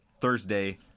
Thursday